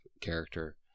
character